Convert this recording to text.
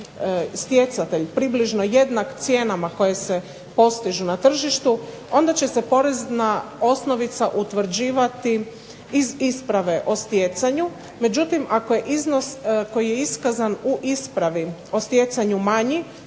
stjecatelj približno jednak cijenama koje se postižu na tržištu, onda će se porezna osnovica utvrđivati iz isprave o stjecanju, međutim ako je iznos koji je iskazan u ispravi o stjecanju manji,